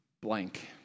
blank